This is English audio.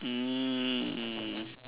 mm